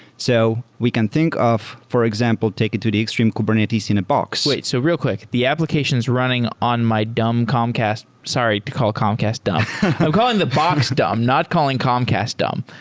so we can think of, for example, take it to the extreme, kubernetes in a box. wait. so real quick. the applications running on my dumb comcast sorry to call comcast dumb. i'm calling the box dumb. not calling comcast dumb.